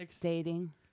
dating